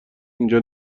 اینجا